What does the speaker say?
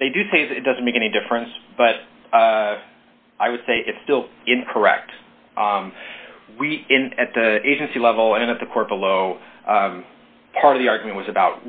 they do say that it doesn't make any difference but i would say it's still incorrect we in at the agency level and at the court below part of the argument was about